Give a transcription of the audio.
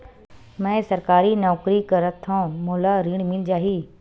मै सरकारी नौकरी करथव मोला ऋण मिल जाही?